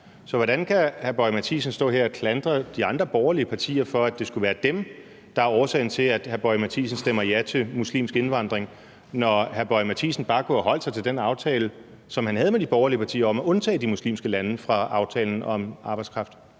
Så hvordan kan hr. Lars Boje Mathiesen stå her og klandre de andre borgerlige partier for, at det skulle være dem, der er årsagen til, at hr. Lars Boje Mathiesen stemmer ja til muslimsk indvandring, når hr. Lars Boje Mathiesen bare kunne have holdt sig til den aftale, som han havde med de borgerlige partier, om at undtage de muslimske lande fra aftalen om udenlandsk arbejdskraft?